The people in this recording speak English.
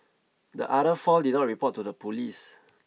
the other four did not report to the police